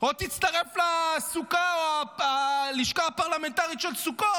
או תצטרף ללשכה הפרלמנטרית של סוכות.